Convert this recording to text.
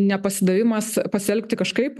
nepasidavimas pasielgti kažkaip